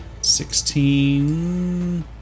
sixteen